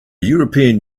european